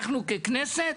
אנחנו ככנסת,